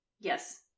Yes